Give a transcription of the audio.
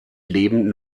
leben